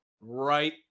right